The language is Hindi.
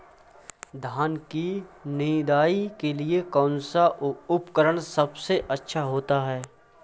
धान की निदाई के लिए कौन सा उपकरण सबसे अच्छा होता है?